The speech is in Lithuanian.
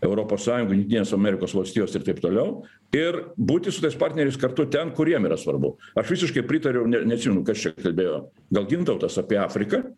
europos sąjungą jungtinės amerikos valstijos ir taip toliau ir būti su tais partneriais kartu ten kur jiem yra svarbu aš visiškai pritariu ne neatsimenu kas čia kalbėjo gal gintautas apie afriką